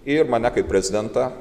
ir mane kaip prezidentą